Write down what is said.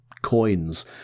coins